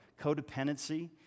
codependency